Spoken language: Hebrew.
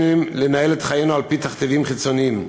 לנהל את חיינו על-פי תכתיבים חיצוניים,